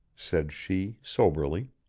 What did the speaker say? said she, soberly,